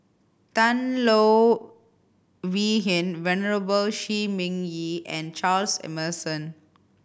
Tan Low Wee Hin Venerable Shi Ming Yi and Charles Emmerson